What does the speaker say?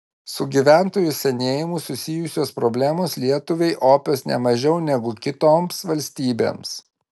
su gyventojų senėjimu susijusios problemos lietuvai opios ne mažiau negu kitoms valstybėms